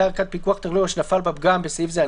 לפי העניין." במקום משרד הבריאות,